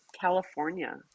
California